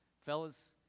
Fellas